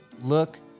look